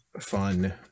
fun